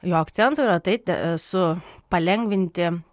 jo akcentų ir ateiti esu palengvinti